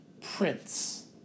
prince